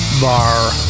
Bar